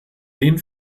den